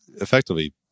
effectively